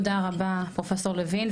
תודה רבה פרופסור לוין,